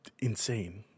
insane